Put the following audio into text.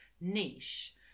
niche